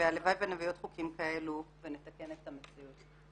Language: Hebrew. והלוואי שנביא עוד חוקים כאלו ונתקן את המציאות.